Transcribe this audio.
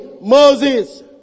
Moses